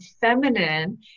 feminine